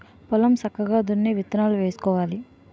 పొలం సక్కగా దున్ని విత్తనాలు వేసుకోవాలి